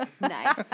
Nice